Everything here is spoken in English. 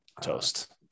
toast